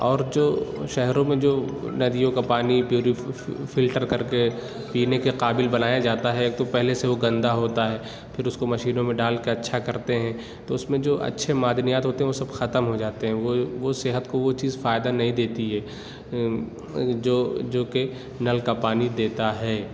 اور جو شہروں میں جو ندیوں کا پانی پیورف فلٹر کرکے پینے کے قابل بنایا جاتا ہے ایک تو پہلے سے وہ گندا ہوتا ہے پھر اس کو مشینوں میں ڈال کے اچھا کرتے ہیں تو اس میں جو اچھے معدنیات ہوتے ہیں وہ سب ختم ہوجاتے ہیں وہ وہ صحت کو وہ چیز فائدہ نہیں دیتی جو جو کہ نل کا پانی دیتا ہے